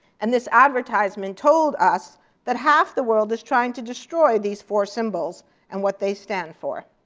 and this advertisement told us that half the world is trying to destroy these four symbols and what they stand for.